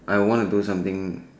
I want to do something